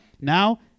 now